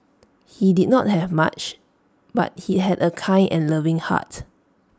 he did not have much but he had A kind and loving heart